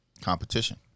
competition